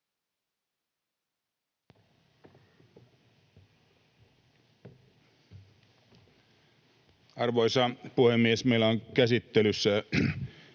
Arvoisa puhemies! Meillä on käsittelyssä